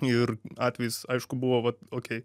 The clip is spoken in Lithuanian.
ir atvejis aišku buvo vat okei